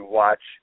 watch